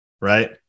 right